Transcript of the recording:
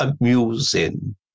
amusing